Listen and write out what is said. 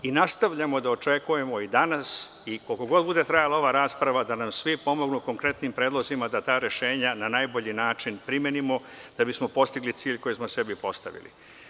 Nastavljamo da očekujemo i danas i koliko god bude trajala ova rasprava da nam svi pomognu konkretnim predlozima da ta rešenja na najbolji način primenimo da bismo postigli cilj koji smo sebi postavili.